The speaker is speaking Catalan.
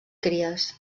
cries